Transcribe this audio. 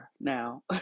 Now